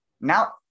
now